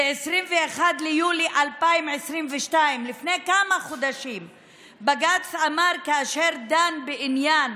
ב-21 ביולי 2022. לפני כמה חודשים בג"ץ דן בעניין